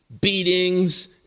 beatings